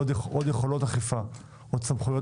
עוד יכולות אכיפה ועוד סמכויות